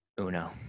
Uno